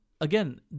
Again